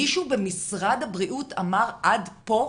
מישהו במשרד הבריאות אמר, עד פה?